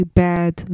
bad